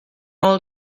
nôl